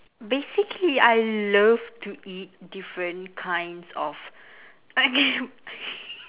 basically I love to eat different kinds of I can